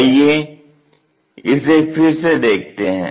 आइए इसे फिर से देखते हैं